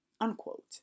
unquote